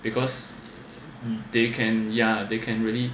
because they can ya they can really